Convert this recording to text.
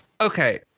Okay